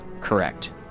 Correct